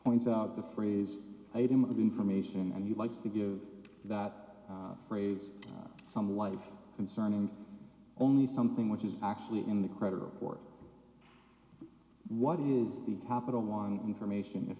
points out the phrase item of information and he likes to give that phrase some life concerning only something which is actually in the credit report what is the capital want information if